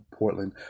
Portland